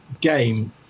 game